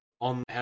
on